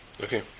Okay